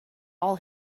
all